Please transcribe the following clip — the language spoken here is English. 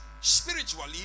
spiritually